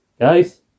guys